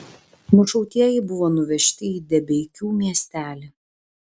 nušautieji buvo nuvežti į debeikių miestelį